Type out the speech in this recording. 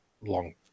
long